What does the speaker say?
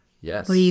Yes